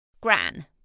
Gran